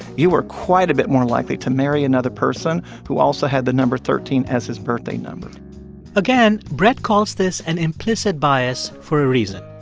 you were quite a bit more likely to marry another person who also had the number thirteen as his birthday number again, brett calls this an implicit bias for a reason.